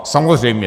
Samozřejmě.